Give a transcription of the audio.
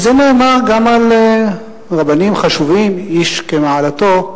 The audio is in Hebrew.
וזה נאמר גם על רבנים חשובים, איש כמעלתו,